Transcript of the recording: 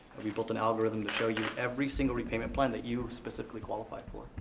we've built an algorithm to show you every single repayment plan that you specifically qualify for,